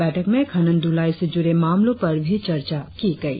बैठक में खनन दुलाई से जुड़े मामलों पर भी चर्चा की गई